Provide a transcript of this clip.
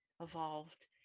evolved